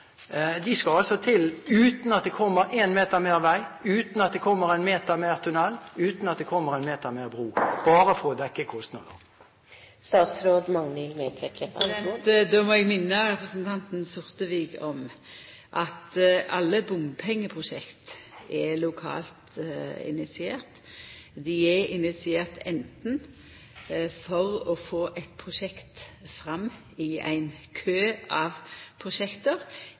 skal altså til, uten at det kommer én meter mer vei, uten at det kommer én meter mer tunnel og uten at det kommer én meter mer bro. Det skal bare dekke kostnader. Då må eg minna representanten Sortevik om at alle bompengeprosjekt er lokalt initierte. Dei er initierte anten for å få eit prosjekt fram i ein kø av